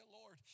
Lord